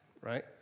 right